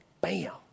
bam